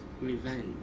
revenge